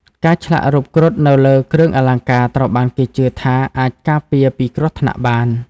ការឆ្លាក់រូបគ្រុឌនៅលើគ្រឿងអលង្ការត្រូវបានគេជឿថាអាចការពារពីគ្រោះថ្នាក់បាន។